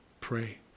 pray